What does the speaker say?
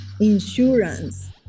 insurance